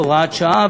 (הוראת שעה),